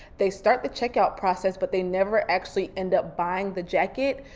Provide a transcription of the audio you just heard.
they start the checkout process, but they never actually ended up buying the jacket.